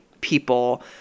people